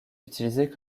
utilisé